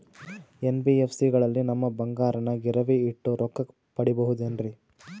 NBFC ಗಳಲ್ಲಿ ನಮ್ಮ ಬಂಗಾರನ ಗಿರಿವಿ ಇಟ್ಟು ರೊಕ್ಕ ಪಡೆಯಬಹುದೇನ್ರಿ?